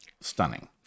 stunning